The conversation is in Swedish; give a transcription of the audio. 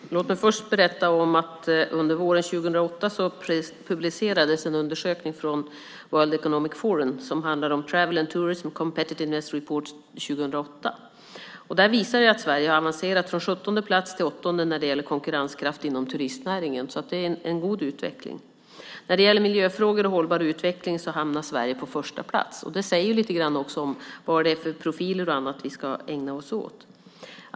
Herr talman! Låt mig först berätta om att det under våren 2008 publicerades en undersökning från World Economic Forum - Travel & Tourism Competitiveness Report 2008 . Den visar att Sverige har avancerat från 17:e plats till 8:e när det gäller konkurrenskraft inom turistnäringen. Det är en god utveckling. När det gäller miljöfrågor och hållbar utveckling hamnar Sverige på första plats. Det säger lite grann om vilka profiler och annat som vi ska ägna oss åt.